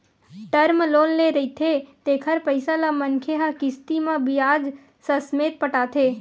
term loan ले रहिथे तेखर पइसा ल मनखे ह किस्ती म बियाज ससमेत पटाथे